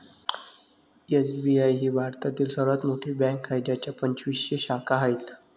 SBI ही भारतातील सर्वात मोठी बँक आहे ज्याच्या पंचवीसशे शाखा आहेत